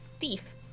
thief